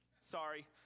sorry